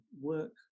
work